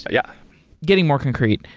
but yeah getting more concrete,